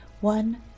one